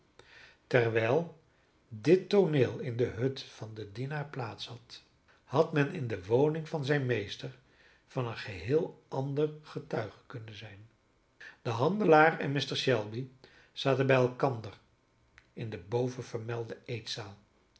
terwijl dit tooneel in de hut van den dienaar plaats had had men in de woning van zijn meester van een geheel ander getuige kunnen zijn de handelaar en mr shelby zaten bij elkander in de bovenvermelde eetzaal